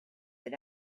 that